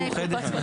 טוב.